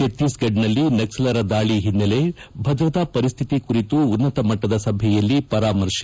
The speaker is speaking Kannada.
ಛತ್ತೀಸ್ಗಢದಲ್ಲಿ ನಕ್ಸಲರ ದಾಳಿ ಹಿನ್ನೆಲೆ ಭದ್ರತಾ ಪರಿಸ್ವಿತಿ ಕುರಿತು ಉನ್ನತ ಮಟ್ಟದ ಸಭೆಯಲ್ಲಿ ಪರಾಮರ್ಶೆ